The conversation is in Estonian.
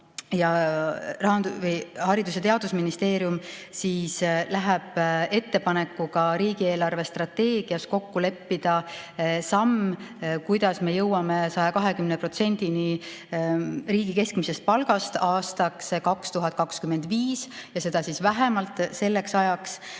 Haridus- ja Teadusministeerium läheb ettepanekuga riigi eelarvestrateegias kokku leppida samm, kuidas me jõuame 120%-ni riigi keskmisest palgast aastaks 2025, seda vähemalt selleks ajaks,